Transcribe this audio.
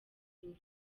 inyuma